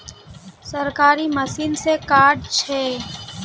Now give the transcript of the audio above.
सरकारी मशीन से कार्ड छै?